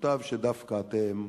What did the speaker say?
מוטב שדווקא אתם,